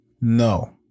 No